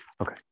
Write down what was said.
Okay